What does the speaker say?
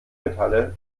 metalle